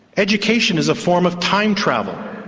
education is a form of time travel.